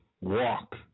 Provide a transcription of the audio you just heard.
walk